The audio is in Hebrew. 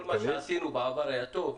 אתה יודע, אם כל מה שעשינו בעבר היה טוב,